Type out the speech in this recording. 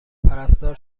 پرستار